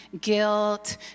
guilt